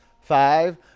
five